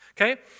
Okay